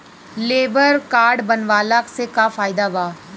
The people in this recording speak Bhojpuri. लेबर काड बनवाला से का फायदा बा?